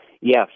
yes